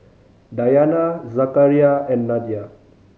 Dayana Zakaria and Nadia